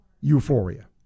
euphoria